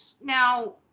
Now